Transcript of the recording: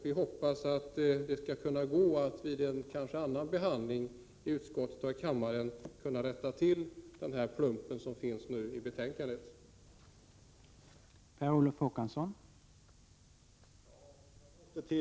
Vi hoppas att det kanske vid en senare behandling i utskottet och i kammaren skall gå att rätta till den plump som förslaget i betänkandet innebär.